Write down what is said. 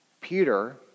Peter